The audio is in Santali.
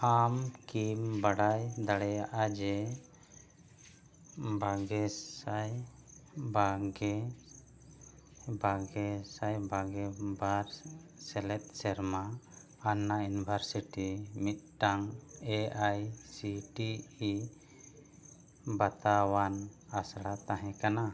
ᱟᱢ ᱠᱤᱢ ᱵᱟᱰᱟᱭ ᱫᱟᱲᱮᱭᱟᱜᱼᱟ ᱡᱮ ᱵᱟᱨᱜᱮ ᱥᱟᱭ ᱵᱟᱨᱜᱮ ᱵᱟᱨᱜᱮ ᱥᱟᱭ ᱵᱟᱨᱜᱮ ᱵᱟᱨ ᱥᱮᱞᱮᱫ ᱥᱮᱨᱢᱟ ᱯᱷᱟᱱᱱᱟ ᱤᱭᱩᱱᱤᱵᱷᱟᱨᱥᱤᱴᱤ ᱢᱤᱫᱴᱟᱱ A I C T E ᱵᱟᱛᱟᱣᱟᱱ ᱟᱥᱲᱟ ᱛᱟᱦᱮᱸ ᱠᱟᱱᱟ